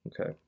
Okay